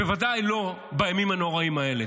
בוודאי לא בימים הנוראים האלה.